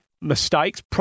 mistakes